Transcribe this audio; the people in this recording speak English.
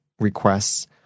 Requests